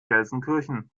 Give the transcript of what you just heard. gelsenkirchen